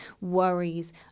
worries